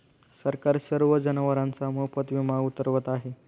सरकार सर्व जनावरांचा मोफत विमा उतरवत आहे